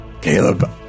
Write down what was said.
Caleb